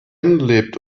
lebt